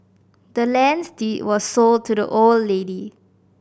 the land's deed was sold to the old lady